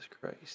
christ